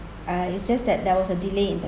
uh it's just that there was a delay in the